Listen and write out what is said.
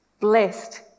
Blessed